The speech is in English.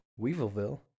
Weevilville